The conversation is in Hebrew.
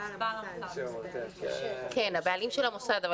היא על הבעלים של המוסד?